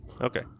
Okay